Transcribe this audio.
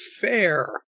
fair